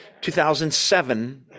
2007